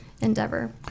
endeavor